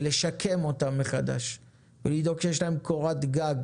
ולשקם אותם מחדש, ולדאוג שיש להם קורת גג